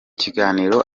kiganiro